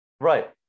Right